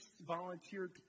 volunteered